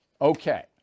Okay